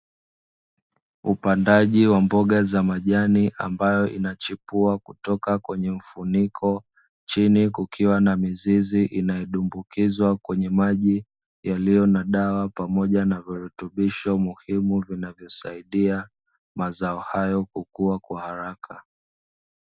Upandaji wa mboga za majani ambayo inachipua kutoka kwenye mfuniko, chini kukiwa na mizizi inayodumbukizwa kwenye maji yaliyo na dawa pamoja na virutubisho muhimu vinavyosaidia mazao hayo kukua kwa haraka.